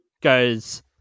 goes